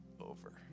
over